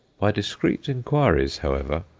by discreet inquiries, however,